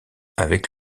avec